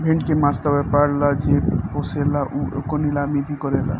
भेड़ के मांस ला व्यापर ला जे पोसेला उ एकर नीलामी भी करेला